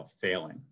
failing